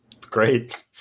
Great